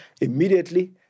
immediately